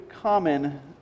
common